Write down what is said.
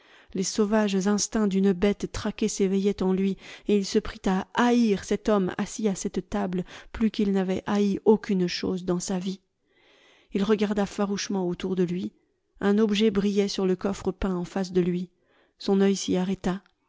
les sauvages instincts d'une bête traquée s'éveillaient en lui et il se prit à haïr cet homme assis à cette table plus qu'il n'avait haï aucune chose dans sa vie il regarda farouchement autour de lui un objet brillait sur le coffre peint en face de lui son œil s'y arrêta